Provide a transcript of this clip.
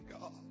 God